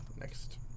next